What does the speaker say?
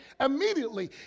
immediately